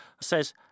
says